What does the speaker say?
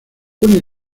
una